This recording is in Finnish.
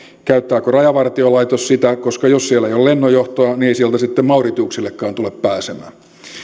käyttääkö rajavartiolaitos sitä koska jos siellä ei ole lennonjohtoa niin ei sieltä sitten mauritiuksellekaan tule pääsemään